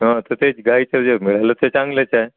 हा त तेच गाईच जर राहिलं ते चांगलेच आहे